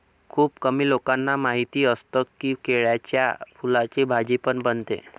खुप कमी लोकांना माहिती असतं की, केळ्याच्या फुलाची भाजी पण बनते